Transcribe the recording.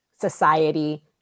society